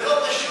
זה לא קשור.